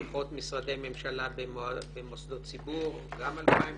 דוחות משרדי ממשלה במוסדות ציבור גם ב-2016.